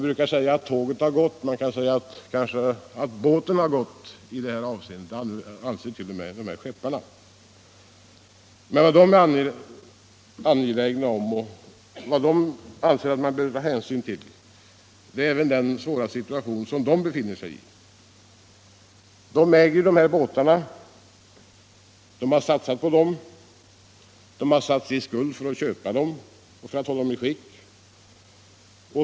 ”Båten har redan gått” i det avseendet, om jag får uttrycka mig så. Det anser även dessa skeppare. De anser också att man bör ta hänsyn även till den svåra situation som de befinner sig i. De äger dessa båtar, de har satsat på dem och de har satt sig i skuld för att hålla båtarna i skick.